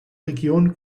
region